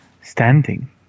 standing